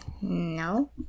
No